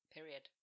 Period